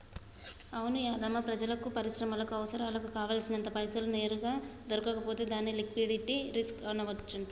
అవును యాధమ్మా ప్రజలకు పరిశ్రమలకు అవసరాలకు కావాల్సినంత పైసలు నేరుగా దొరకకపోతే దాన్ని లిక్విటీ రిస్క్ అనవచ్చంట